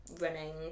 running